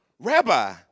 Rabbi